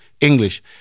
English